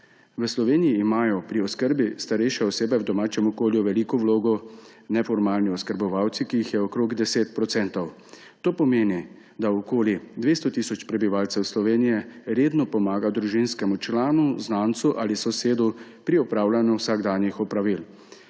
V Sloveniji imajo pri oskrbi starejše osebe v domačem okolju veliko vlogo neformalni oskrbovalci, ki jih okrog 10 %. To pomeni, da okoli 200 tisoč prebivalcev Slovenije redno pomaga družinskemu članu, znancu ali sosedu pri opravljanju vsakdanjih opravil.